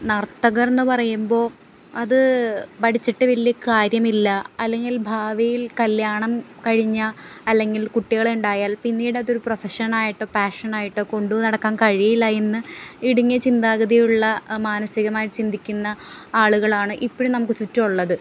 നർത്തകർ എന്ന് പറയുമ്പോള് അത് പഠിച്ചിട്ട് വലിയ കാര്യമില്ല അല്ലെങ്കിൽ ഭാവിയിൽ കല്യാണം കഴിഞ്ഞാല് അല്ലെങ്കിൽ കുട്ടികളുണ്ടായാൽ പിന്നീടതൊരു പ്രൊഫഷനായിട്ടോ പാഷനായിട്ടോ കൊണ്ട് നടക്കാൻ കഴിയില്ലായെന്ന് ഇടുങ്ങിയ ചിന്താഗതിയുള്ള മാനസികമായി ചിന്തിക്കുന്ന ആളുകളാണ് ഇപ്പോഴും നമുക്ക് ചുറ്റും ഉള്ളത്